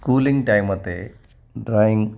schooling time ते drawing